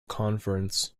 conference